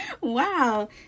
Wow